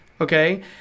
Okay